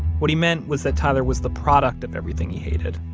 what he meant was that tyler was the product of everything he hated,